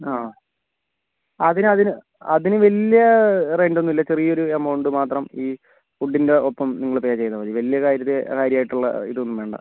ആ അതിന് അതിന് അതിന് വലിയ റെന്റ് ഒന്നും ഇല്ല ചെറിയൊരു എമൗണ്ട് മാത്രം ഈ ഫുഡിന്റെ ഒപ്പം നിങ്ങൾ പേ ചെയ്താൽ മതി വലിയ കാര്യ കാര്യമായിട്ടുള്ള ഇതൊന്നും വേണ്ട